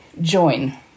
join